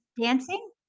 dancing